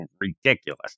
ridiculous